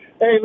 Hey